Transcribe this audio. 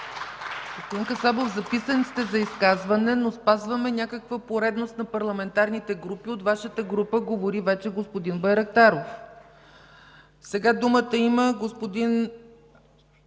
Господин Касабов, записан сте за изказване, но спазваме някаква поредност на парламентарните групи. От Вашата група говори вече господин Байрактаров. Сега думата има господин